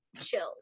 chills